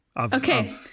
Okay